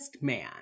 man